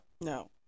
No